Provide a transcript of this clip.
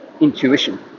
intuition